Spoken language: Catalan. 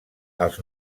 als